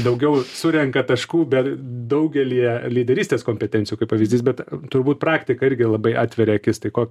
daugiau surenka taškų bet daugelyje lyderystės kompetencijų kaip pavyzdys bet turbūt praktika irgi labai atveria akis tai ko